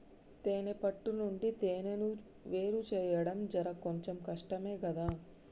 తేనే పట్టు నుండి తేనెను వేరుచేయడం జర కొంచెం కష్టమే గదా